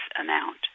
amount